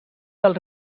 del